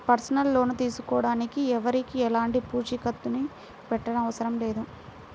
personal loan తీసుకోడానికి ఎవరికీ ఎలాంటి పూచీకత్తుని పెట్టనవసరం లేదు